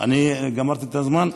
גמרתי את הזמן?